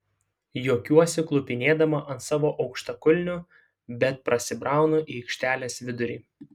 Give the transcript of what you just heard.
juokiuosi klupinėdama ant savo aukštakulnių bet prasibraunu į aikštelės vidurį